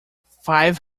five